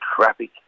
traffic